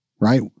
right